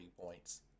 points